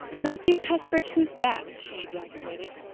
matthew cuthbert, who's that? she ejaculated.